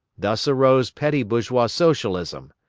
thus arose petty-bourgeois socialism.